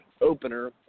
opener